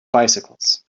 bicycles